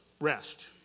Rest